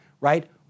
right